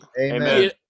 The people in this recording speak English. amen